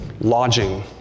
lodging